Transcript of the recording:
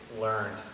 learned